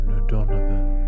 O'Donovan